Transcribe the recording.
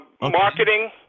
marketing